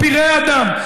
פראי אדם.